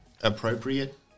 appropriate